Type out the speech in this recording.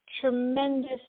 tremendous